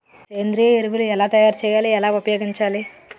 సేంద్రీయ ఎరువులు ఎలా తయారు చేయాలి? ఎలా ఉపయోగించాలీ?